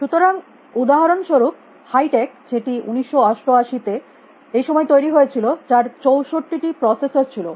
সুতরাং উদাহরনস্বরুপ high tech যেটি 1988 তে এই সময়ে তৈরী হয়েছিল যার 64 টি প্রসেসর ছিল